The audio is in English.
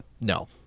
No